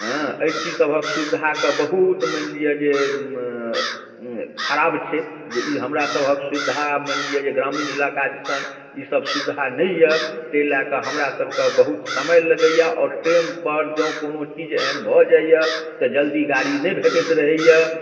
हँ एहि चीज सबहक सुविधाके बहुत मानि लिअ जे खराब छै जे ई हमरा सबहक सुविधा मानि लिअ जे ग्रामीण इलाका दिसन ई सब सुविधा नहि यऽ ताहि लए कऽ हमरा सब के बहुत समय लगैया आओर टेम पर जँ कोनो चीज एहन भऽ जाइया तऽ जल्दी गाड़ी नहि भेटैत रहैया